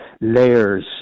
layers